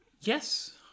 Yes